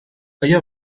آیا